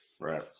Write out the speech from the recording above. Right